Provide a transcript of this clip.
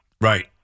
Right